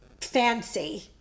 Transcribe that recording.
fancy